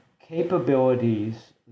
capabilities